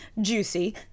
juicy